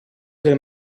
del